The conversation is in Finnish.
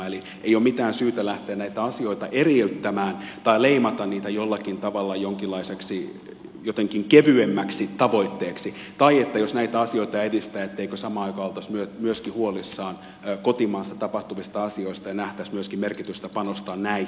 eli ei ole mitään syytä lähteä näitä asioita eriyttämään tai leimata niitä jollakin tavalla jotenkin kevyemmäksi tavoitteeksi tai että jos näitä asioita edistää etteikö samaan aikaan oltaisi myöskin huolissaan kotimaassa tapahtuvista asioista ja nähtäisi myöskin merkitystä panostaa näihin